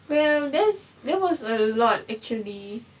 well there's there was a lot actually